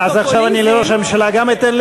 אז אני אתן גם לראש הממשלה להגיב?